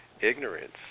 ignorance